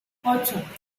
ocho